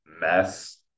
mess